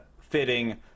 fitting